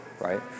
right